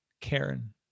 Karen